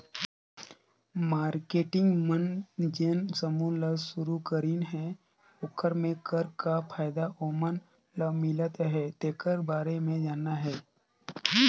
marketing मन जेन समूह ल सुरूकरीन हे ओखर मे कर का फायदा ओमन ल मिलत अहे तेखर बारे मे जानना हे